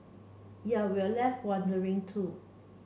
yea we're left wondering too